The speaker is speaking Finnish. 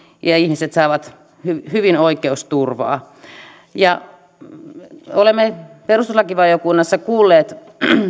ja ihmiset saavat hyvin hyvin oikeusturvaa olemme perustuslakivaliokunnassa kuulleet